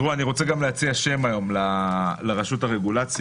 אני רוצה גם להציע היום שם לרשות הרגולציה.